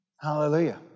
Hallelujah